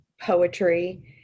poetry